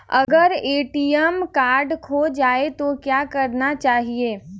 अगर ATM card खो जाए तो क्या करना चाहिए?